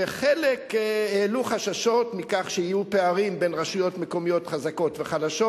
וחלק העלו חששות מכך שיהיו פערים בין רשויות מקומיות חזקות וחלשות,